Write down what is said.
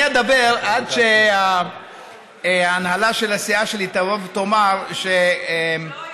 אני אדבר עד שההנהלה של הסיעה שלי תבוא ותאמר, לא,